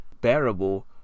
bearable